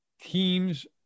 teams